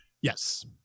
Yes